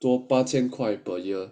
so 八千块 per year